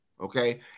Okay